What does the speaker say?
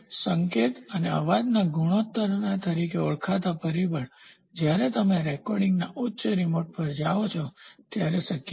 સંકેત અનેઅવાજના ગુણોત્તરના તરીકે ઓળખાતા પરિબળ જ્યારે તમે રેકોર્ડિંગના ઉચ્ચ રિમોટ પર જાઓ ત્યારે શક્ય છે